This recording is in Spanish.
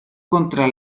contra